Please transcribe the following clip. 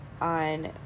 on